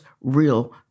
real